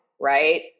right